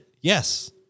Yes